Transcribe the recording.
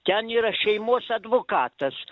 ten yra šeimos advokatas